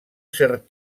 cert